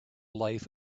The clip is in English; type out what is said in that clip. life